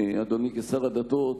אדוני שר הדתות,